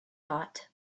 thought